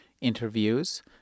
interviews